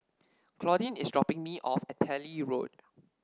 Claudine is dropping me off at Delhi Road